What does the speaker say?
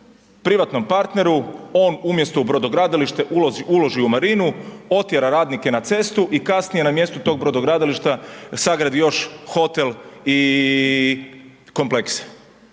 privatnom partneru, on umjesto u brodogradilište uloži u marinu, otjera radnike na cestu i kasnije na mjestu tog brodogradilišta sagradi još hotel i komplekse.